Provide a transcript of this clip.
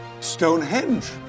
Stonehenge